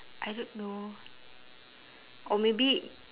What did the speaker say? I don't know or maybe